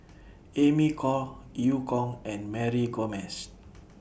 Amy Khor EU Kong and Mary Gomes